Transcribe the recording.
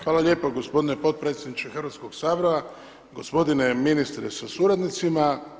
Hvala lijepo gospodine podpredsjedniče Hrvatskog sabora, gospodine ministre sa suradnicima.